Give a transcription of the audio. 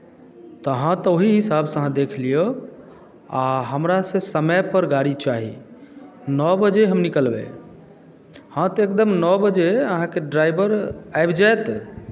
तऽ हँ तऽ ओही हिसाबसँ अहाँ देख लियौ आ हमरा से समयपर गाड़ी चाही नओ बजे हम निकलबै हँ तऽ एकदम नओ बजे अहाँके ड्राइवर आबि जायत